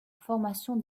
formation